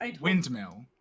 Windmill